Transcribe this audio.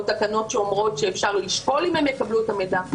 או תקנות שאומרות שאפשר לשקול אם הם יקבלו את המידע,